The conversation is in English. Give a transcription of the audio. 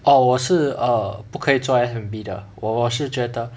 orh 我是 err 不可以做 F&B 的我我是觉得